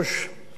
חברי הכנסת,